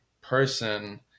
person